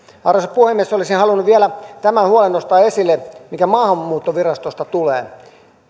arvoisa puhemies olisin halunnut vielä tämän huolen nostaa esille mikä maahanmuuttovirastosta tulee